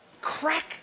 crack